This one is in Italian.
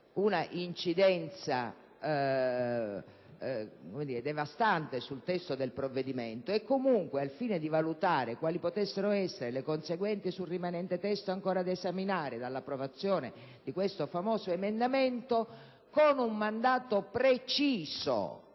un'incidenza devastante sul testo del provvedimento e comunque al fine di valutare quali potessero essere sul rimanente testo ancora da esaminare le conseguenze dell'approvazione di quel famoso emendamento, con un mandato preciso